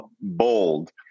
bold